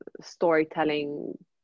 storytelling